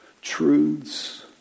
truths